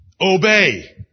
Obey